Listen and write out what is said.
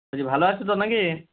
বলছি ভালো আছো তো না কি